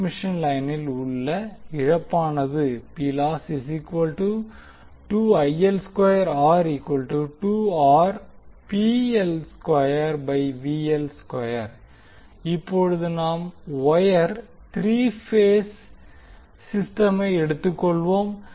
transmission லைனில் உள்ள இழப்பானது இப்போது நாம் 3 வொயர் த்ரீ பேஸ் சிஸ்டமை எடுத்துக்கொள்வோம்